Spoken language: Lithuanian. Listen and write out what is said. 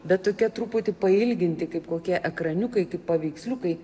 bet tokia truputį pailginti kaip kokie ekraniukai kaip paveiksliukai